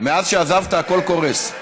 מאז שעזבת הכול קורס.